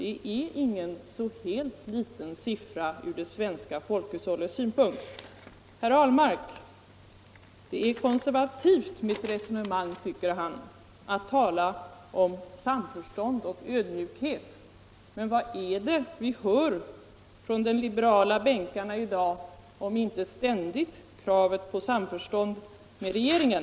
Det är ingen så helt liten siffra ur det svenska folkhushållets synpunkt. Herr Ahlmark tycker att mitt resonemang är konservativt när jag talar om samförstånd och ödmjukhet. Men vad är det vi ständigt hör från de liberala bänkarna i dag om inte uttalanden som innebär krav på samförstånd med regeringen!